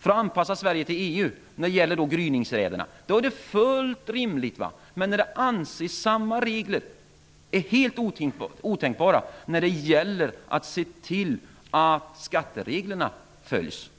för att anpassa Sverige till EU och när det gäller gryningsraiderna. Men samma regler är helt otänkbara när det gäller att se till att skattereglerna följs.